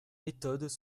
méthodes